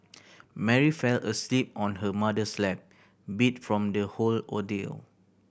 Mary fell asleep on her mother's lap beat from the whole ordeal